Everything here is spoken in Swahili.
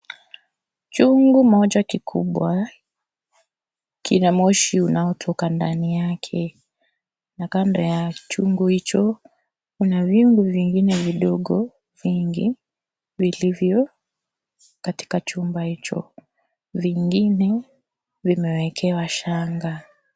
Chungu moja kikubwa kina moshi ndani yake na kando ya chungu hicho kuna vyungu vingine vidogo vingi vilivyo katika chumba hicho. Vingine vimewekewa shanga.